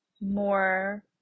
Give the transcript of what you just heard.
more